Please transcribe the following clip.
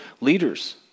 leaders